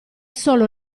solo